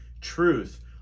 truth